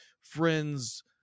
friend's